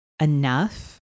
enough